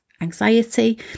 anxiety